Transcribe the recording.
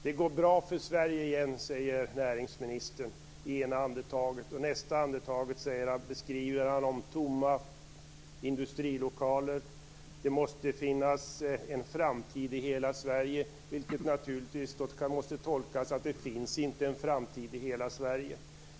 Det går bra för Sverige igen, säger näringsministern i ena andetaget. I nästa andetag beskriver han tomma industrilokaler och säger att det måste finnas en framtid i hela Sverige, vilket naturligtvis måste tolkas som att det inte finns en framtid i hela Sverige.